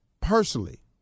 personally